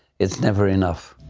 it's never enough.